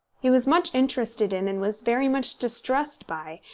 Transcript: he was much interested in, and was very much distressed by,